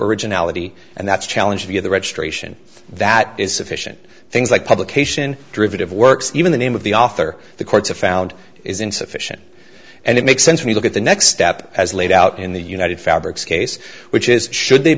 originality and that's a challenge of the registration that is sufficient things like publication derivative works even the name of the author the courts have found is insufficient and it makes sense when you look at the next step as laid out in the united fabrics case which is should they